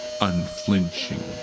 unflinching